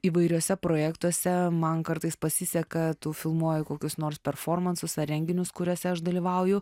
įvairiuose projektuose man kartais pasiseka tu filmuoji kokius nors performansus ar renginius kuriuose aš dalyvauju